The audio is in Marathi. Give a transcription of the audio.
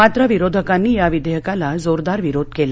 मात्र विरोधकांनी या विधयक्ताला जोरदार विरोध कल्ला